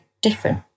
different